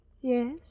Yes